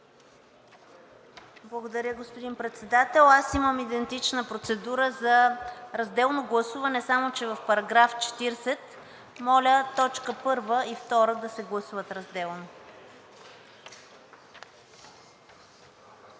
Благодаря, господин Председател. Аз имам идентична процедура за разделно гласуване, само че в § 40 – моля т. 1 и т. 2 да се гласуват разделно.